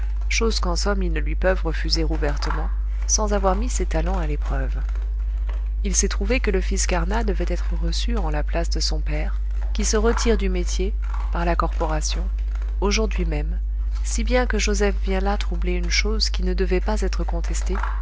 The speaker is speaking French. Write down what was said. chose qu'en somme ils ne lui peuvent refuser ouvertement sans avoir mis ses talents à l'épreuve il s'est trouvé que le fils carnat devait être reçu en la place de son père qui se retire du métier par la corporation aujourd'hui même si bien que joseph vient là troubler une chose qui ne devait pas être contestée